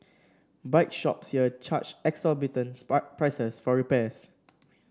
bike shops here charge exorbitant spark prices for repairs